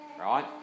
Right